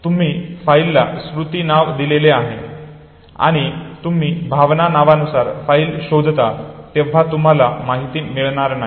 तुम्ही फाईलला स्मृती नाव दिलेले आहे आणि तुम्ही भावना नावानुसार फाईल शोधता तेव्हा तुम्हाला माहिती मिळणार नाही